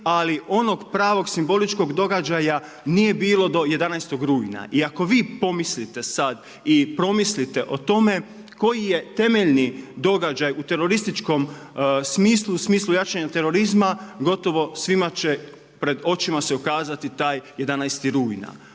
Ali onog pravog simboličkog događaja nije bilo do 11. rujna. I ako vi pomislite sad i promislite o tome koji je temeljni događaj u terorističkom smislu, u smislu jačanja terorizma gotovo svima će pred očima se ukazati taj 11. rujna.